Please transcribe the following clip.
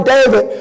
David